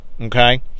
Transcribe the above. okay